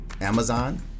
Amazon